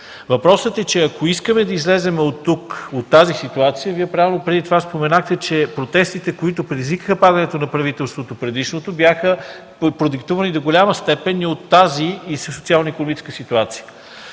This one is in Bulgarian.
досега. Ако искаме да излезем от тази ситуация Вие правилно преди това споменахте, че протестите, които предизвикаха падането на предишното правителство, бяха продиктувани до голяма степен и от тази социално-икономическа ситуация.